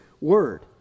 word